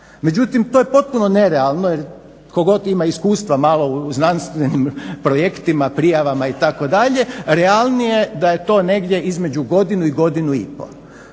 Međutim, to je potpuno nerealno jer tko god ima iskustva malo u znanstvenim projektima, prijavama itd. realnije je da je to negdje između 1 i 1,5.